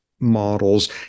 models